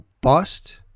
Bust